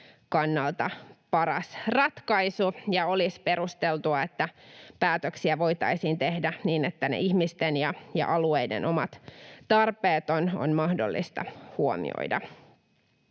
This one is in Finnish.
kannalta paras ratkaisu, ja olisi perusteltua, että päätöksiä voitaisiin tehdä niin, että ihmisten ja ja alueiden omat tarpeet on mahdollista huomioida.